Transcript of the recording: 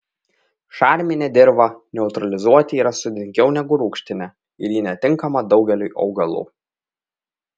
šarminę dirvą neutralizuoti yra sudėtingiau negu rūgštinę ir ji netinkama daugeliui augalų